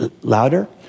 louder